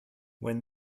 when